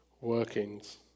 workings